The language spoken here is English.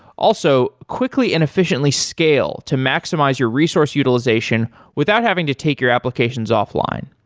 also, quickly and efficiently scale to maximize your resource utilization without having to take your applications off-line.